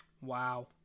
Wow